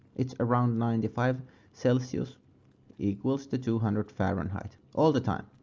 it's around ninety five celsius equals to two hundred fahrenheit all the time.